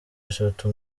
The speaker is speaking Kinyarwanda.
eshatu